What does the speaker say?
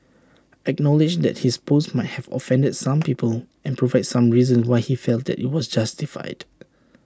acknowledge that his post might have offended some people and provide some reasons why he felt that IT was justified